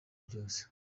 byose